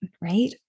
right